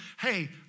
hey